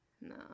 No